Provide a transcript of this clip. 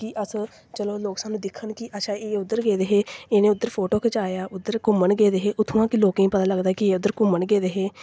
कि अस चलो लोग सानूं दिक्खन कि अच्छा एह् उद्धर गेदे हे इ'नें उद्धर फोटो खचाया उद्धर घूमन गेदे हे उत्थूं दा केह् लोकें गी पता लग्गदा कि एह् उद्धर घूमन गेदे हे